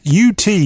ut